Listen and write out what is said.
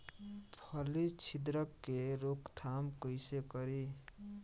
फली छिद्रक के रोकथाम कईसे करी?